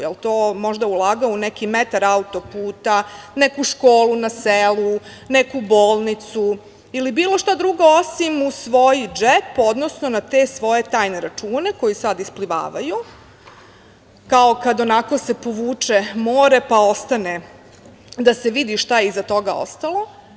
Jel to možda ulagao u neki metar autoputa, neku školu na selu, neku bolnicu ili bilo šta drugo osim u svoj džep, odnosno u te svoje tajne račune koji sada isplivavaju kao kada se povuče more pa ostane da se vidi šta je iza toga ostalo?